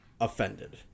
offended